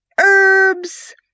herbs